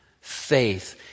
faith